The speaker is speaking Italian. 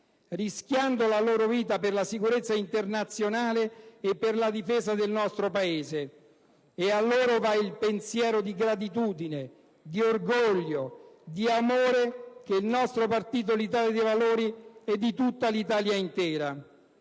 rischiando la loro vita per la sicurezza internazionale e per la difesa del nostro Paese. E a loro va il pensiero di gratitudine, di orgoglio, di amore dell'Italia dei Valori e dell'Italia intera.